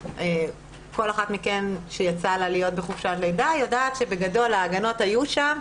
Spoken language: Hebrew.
כל אחת מכן שיצא לה להיות בחופשת לידה יודעת שבגדול ההגנות היו שם,